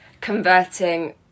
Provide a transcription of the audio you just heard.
converting